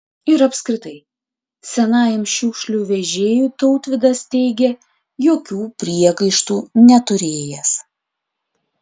ir apskritai senajam šiukšlių vežėjui tautvydas teigė jokių priekaištų neturėjęs